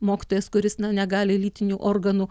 mokytojas kuris na negali lytinių organų